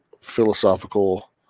philosophical